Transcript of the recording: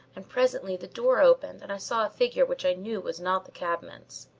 and presently the door opened and i saw a figure which i knew was not the cabman's.